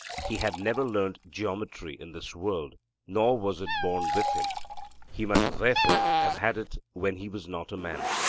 he had never learnt geometry in this world nor was it born with him he must therefore have had it when he was not a man.